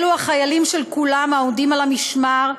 אלו החיילים של כולם העומדים על המשמר,